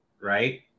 right